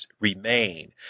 remain